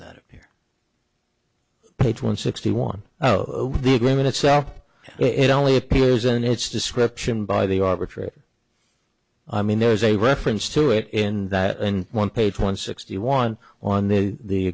that appear page one sixty one zero the agreement itself it only appears in its description by the arbitrary i mean there's a reference to it in that one page one sixty one on the the